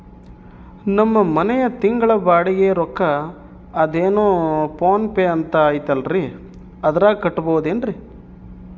ನಮ್ಮ ಮನೆಯ ತಿಂಗಳ ಬಾಡಿಗೆ ರೊಕ್ಕ ಅದೇನೋ ಪೋನ್ ಪೇ ಅಂತಾ ಐತಲ್ರೇ ಅದರಾಗ ಕಟ್ಟಬಹುದೇನ್ರಿ?